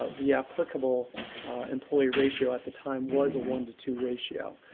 ah the applicable employee ratio at the time was a one to two ratio.